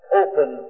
open